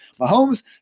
Mahomes